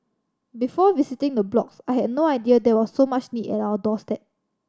before visiting the blocks I had no idea there was so much need at our doorstep